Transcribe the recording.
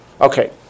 Okay